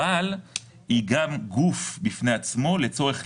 אבל היא גם גוף בפני עצמו לצורך,